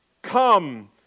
Come